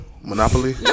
Monopoly